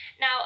Now